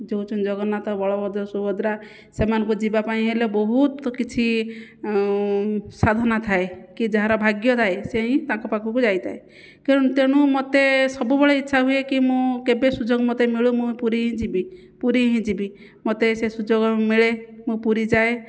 ଯେଉଁ ହେଉଛନ୍ତି ଜଗନ୍ନାଥ ବଳଭଦ୍ର ସୁଭଦ୍ରା ସେମାନଙ୍କୁ ଯିବା ପାଇଁ ହେଲେ ବହୁତ କିଛି ସାଧନା ଥାଏ କି ଯାହାର ଭାଗ୍ୟ ଥାଏ ସେହିଁ ତାଙ୍କ ପାଖକୁ ଯାଇଥାଏ ତେଣୁ ମୋତେ ସବୁବେଳେ ଇଚ୍ଛା ହୁଏକି ମୁଁ କେବେ ସୁଯୋଗ ମୋତେ ମିଳୁ ମୁଁ ପୁରୀ ହିଁ ଯିବି ପୁରୀ ହିଁ ଯିବି ମୋତେ ସେ ସୁଯୋଗ ମିଳେ ମୁଁ ପୁରୀ ଯାଏ